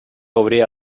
obria